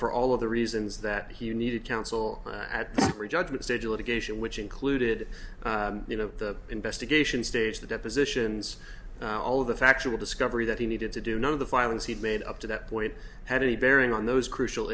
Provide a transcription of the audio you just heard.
for all of the reasons that he needed counsel at every judgment stage of litigation which included you know the investigation stage the depositions all of the factual discovery that he needed to do none of the filings he made up to that point had any bearing on those crucial